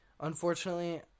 unfortunately